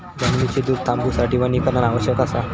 जमिनीची धूप थांबवूसाठी वनीकरण आवश्यक असा